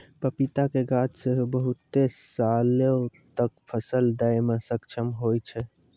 पपीता के गाछ सेहो बहुते सालो तक फल दै मे सक्षम होय छै